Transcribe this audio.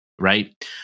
right